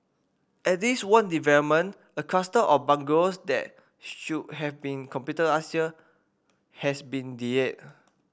at least one development a cluster of bungalows that should have been completed last year has been delayed